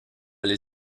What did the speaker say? les